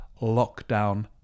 lockdown